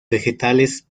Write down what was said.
vegetales